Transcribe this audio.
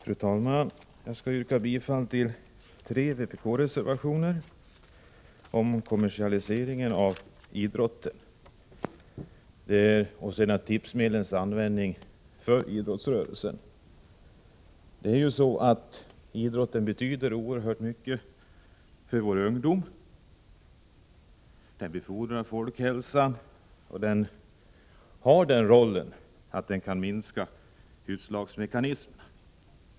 Fru talman! Jag skall yrka bifall till tre vpk-reservationer — om kommersialiseringen av idrotten och om tipsmedlens användning för idrottsrörelsen. Idrotten betyder ju oerhört mycket för vår ungdom. Den kan befordra folkhälsan och den kan minska utslagsmekanismerna.